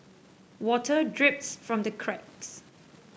water drips from the cracks